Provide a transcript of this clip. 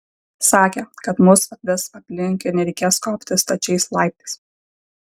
sakė kad mus apves aplink ir nereikės kopti stačiais laiptais